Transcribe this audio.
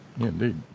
Indeed